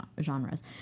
genres